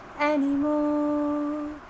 anymore